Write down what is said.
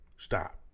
Stop